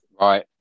right